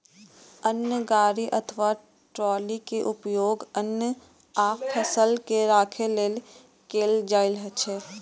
अन्न गाड़ी अथवा ट्रॉली के उपयोग अन्न आ फसल के राखै लेल कैल जाइ छै